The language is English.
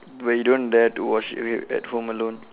but you don't dare to watch it at home alone